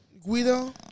Guido